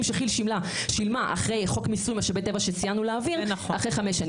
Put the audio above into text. שכי"ל שילמה אחרי חוק מיסוי משאבי טבע שסיימנו להעביר,